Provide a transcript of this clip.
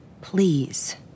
Please